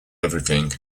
everything